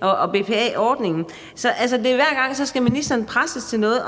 og BPA-ordningen. Hver gang skal ministeren presses til noget.